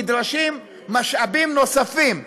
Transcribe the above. נדרשים משאבים נוספים,